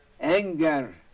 Anger